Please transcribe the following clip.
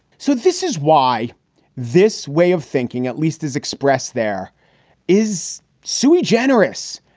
so this is why this way of thinking at least is expressed there is sui generous.